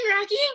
rocky